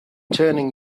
turning